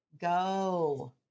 Go